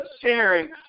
sharing